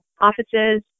offices